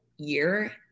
year